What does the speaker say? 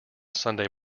sunday